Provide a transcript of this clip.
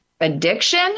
addiction